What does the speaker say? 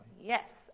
yes